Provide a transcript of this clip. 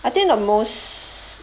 I think the most